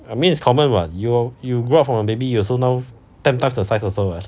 I mean it's common [what] you grow up from baby you also now ten times of the size also [what]